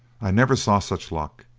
i never saw such luck.